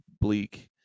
bleak